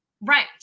Right